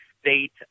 state